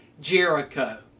Jericho